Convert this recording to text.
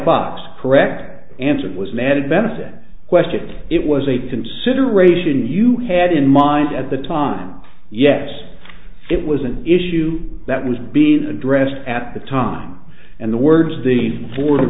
box correct answer it was an added benefit question it was a consideration you had in mind at the time yes it was an issue that was being addressed at the time and the words the